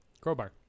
Crowbar